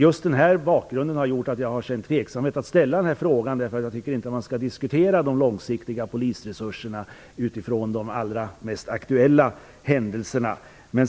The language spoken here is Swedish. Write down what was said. Just mot den bakgrunden har jag känt tveksamhet inför att ställa frågan, därför att jag tycker inte att man skall diskutera de långsiktiga polisresurserna utifrån de allra mest aktuella händelserna.